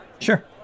Sure